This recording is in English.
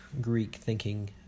Greek-thinking